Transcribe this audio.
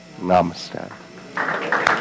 namaste